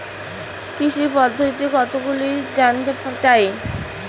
কৃষি পদ্ধতি কতগুলি জানতে চাই?